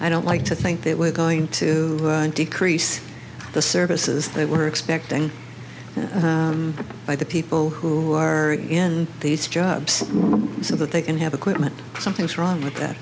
i don't like to think that we're going to decrease the services they were expecting by the people who are in these jobs so that they can have equipment something's wrong with that